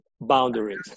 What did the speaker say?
boundaries